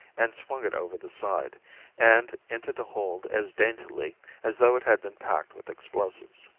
and swung it over the side and into the hold as daintily as though it had been packed with explosives.